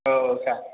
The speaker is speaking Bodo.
औ सार